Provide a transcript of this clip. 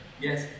Yes